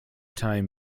time